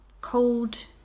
cold